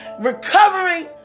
recovering